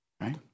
right